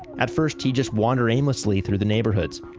at first, he'd just wander aimlessly through the neighborhoods.